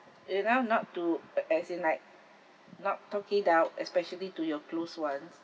you know not to uh as in like not talk it out especially to your close [ones]